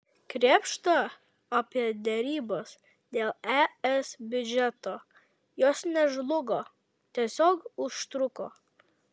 krėpšta apie derybas dėl es biudžeto jos nežlugo tiesiog užtruko